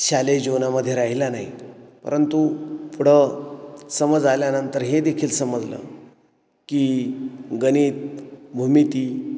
शालेय जीवनामध्ये राहिला नाही परंतु पुढं समज आल्यानंतर हे देखील समजलं की गणित भूमिती